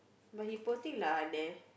but he poor thing lah there